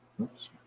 Oops